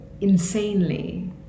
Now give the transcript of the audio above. insanely